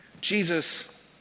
Jesus